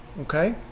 okay